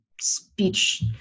speech